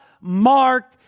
mark